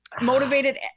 motivated